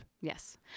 yes